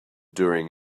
during